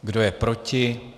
Kdo je proti?